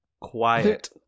Quiet